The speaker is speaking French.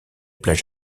plage